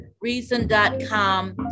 reason.com